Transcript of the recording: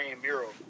mural